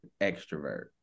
extrovert